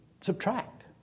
subtract